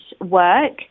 work